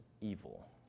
evil